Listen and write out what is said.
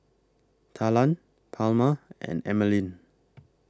Talan Palma and Emeline